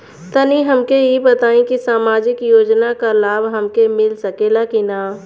तनि हमके इ बताईं की सामाजिक योजना क लाभ हमके मिल सकेला की ना?